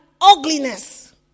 ugliness